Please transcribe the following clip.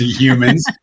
humans